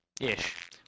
ish